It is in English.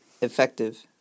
effective